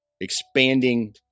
expanding